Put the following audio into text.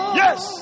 yes